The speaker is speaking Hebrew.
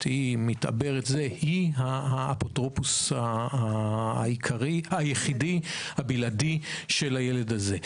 מתעברת היא האפוטרופוס היחידי והבלעדי של הילד הזה.